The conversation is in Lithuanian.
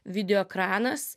video ekranas